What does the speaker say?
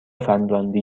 فنلاندی